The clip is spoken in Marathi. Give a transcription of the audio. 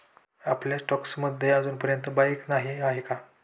आपल्या स्टॉक्स मध्ये अजूनपर्यंत बाईक नाही आहे का?